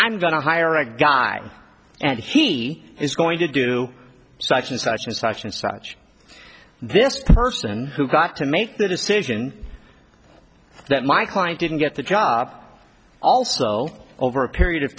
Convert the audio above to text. i'm going to hire a guy and he is going to do such and such and such and such this person who got to make the decision that my client didn't get the job also over a period of